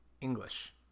English